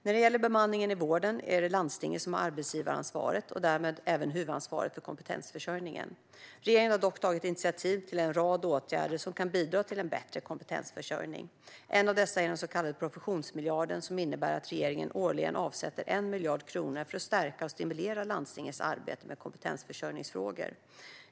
När det gäller bemanningen i vården är det landstingen som har arbetsgivaransvaret och därmed även huvudansvaret för kompetensförsörjningen. Regeringen har dock tagit initiativ till en rad åtgärder som kan bidra till bättre kompetensförsörjning. En av dessa är den så kallade professionsmiljarden, som innebär att regeringen årligen avsätter 1 miljard kronor för att stärka och stimulera landstingens arbete med kompetensförsörjningsfrågor.